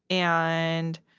and,